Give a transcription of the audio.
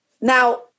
Now